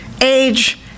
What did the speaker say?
age